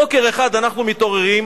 בוקר אחד אנחנו מתעוררים,